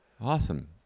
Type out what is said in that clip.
Awesome